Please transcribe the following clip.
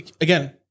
Again